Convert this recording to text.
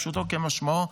פשוטו כמשמעו,